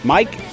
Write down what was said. Mike